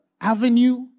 avenue